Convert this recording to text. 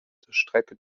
strecke